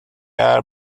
are